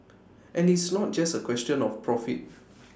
any it's not just A question of profit